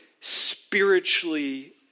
spiritually